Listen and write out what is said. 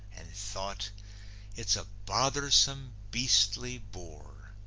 and thought it's a bothersome, beastly bore!